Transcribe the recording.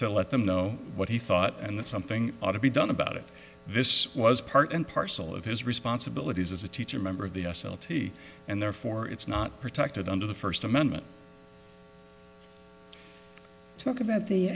to let them know what he thought and that something ought to be done about it this was part and parcel of his responsibilities as a teacher member of the s l t and therefore it's not protected under the first amendment talk about the